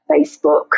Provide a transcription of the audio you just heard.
Facebook